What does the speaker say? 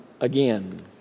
again